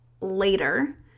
later